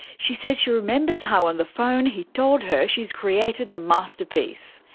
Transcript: she says she remembers how on the phone he told her she's created a masterpiece.